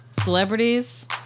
Celebrities